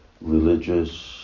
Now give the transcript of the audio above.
religious